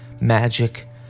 magic